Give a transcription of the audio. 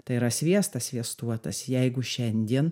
tai yra sviestas sviestuotas jeigu šiandien